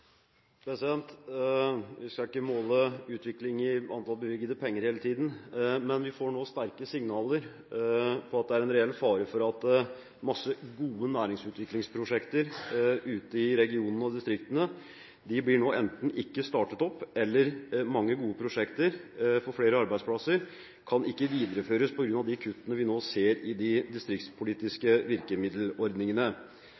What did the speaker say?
Vi skal ikke måle utvikling i antall bevilgede penger hele tiden, men vi får nå sterke signaler på at det er en reell fare for at mange gode næringsutviklingsprosjekter ute i regionene og distriktene nå enten ikke blir startet opp, eller at mange gode prosjekter for flere arbeidsplasser ikke kan videreføres på grunn av de kuttene vi nå ser i de